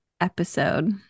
episode